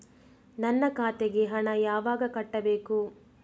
ನನ್ನ ಖಾತೆಗೆ ಹಣ ಯಾವಾಗ ಕಟ್ಟಬೇಕು?